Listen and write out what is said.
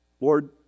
Lord